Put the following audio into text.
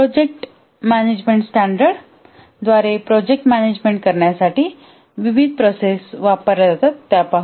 project management standard द्वारे project management करण्यासाठी विविध प्रोसेस वापरल्या जातात त्या बघू